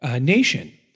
Nation